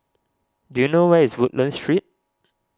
do you know where is Woodlands Street